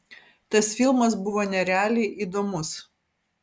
tas filmas buvo nerealiai įdomus